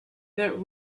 that